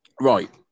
Right